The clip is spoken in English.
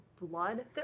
blood